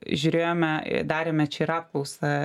žiūrėjome darėme čia ir apklausą